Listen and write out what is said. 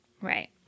right